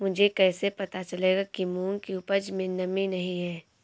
मुझे कैसे पता चलेगा कि मूंग की उपज में नमी नहीं है?